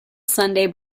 sunday